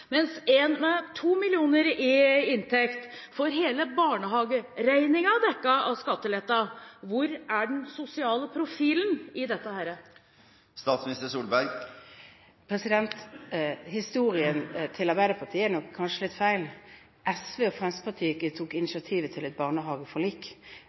mens en med 2 mill. kr i inntekt får hele barnehageregningen dekket av skatteletten. Hvor er den sosiale profilen i dette? Historiefremstillingen til Arbeiderpartiet er nok kanskje litt feil. SV og Fremskrittspartiet tok